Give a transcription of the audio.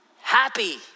Happy